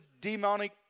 demonic